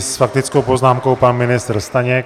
S faktickou poznámkou pan ministr Staněk.